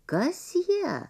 kas jie